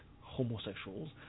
homosexuals